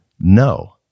no